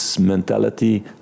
mentality